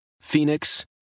Phoenix